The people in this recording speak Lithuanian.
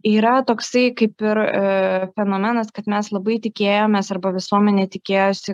yra toksai kaip ir fenomenas kad mes labai tikėjomės arba visuomenė tikėjosi